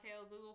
Google